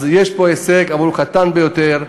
אז יש פה הישג, אבל הוא קטן ביותר.